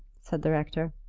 said the rector.